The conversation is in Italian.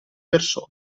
persone